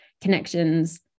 connections